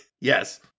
Yes